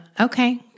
Okay